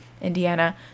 Indiana